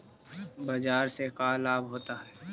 बाजार से का लाभ होता है?